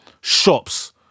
shops